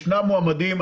ישנם מועמדים.